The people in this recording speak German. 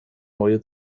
neue